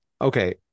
Okay